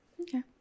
Okay